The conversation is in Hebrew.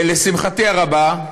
לשמחתי הרבה,